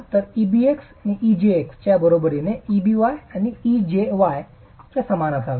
तर εbx εjx च्या बरोबरीने आणि εby εjy च्या समान असावे